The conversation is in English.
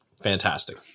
Fantastic